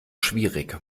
schwierig